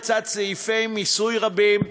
לצד סעיפי מיסוי רבים,